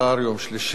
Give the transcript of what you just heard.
יום שלישי,